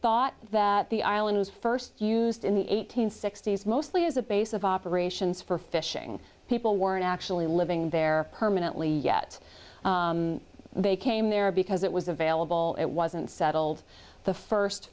thought that the island was first used in the eight hundred sixty s mostly as a base of operations for fishing people weren't actually living their permanent lee yet they came there because it was available it wasn't settled the first